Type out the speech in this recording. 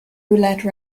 roulette